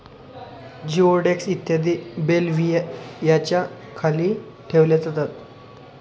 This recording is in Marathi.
जिओडेक्स इत्यादी बेल्व्हियाच्या खाली ठेवल्या जातात